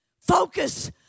Focus